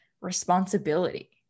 responsibility